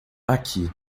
aqui